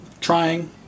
trying